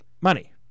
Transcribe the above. money